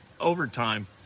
overtime